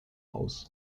aus